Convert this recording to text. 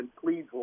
please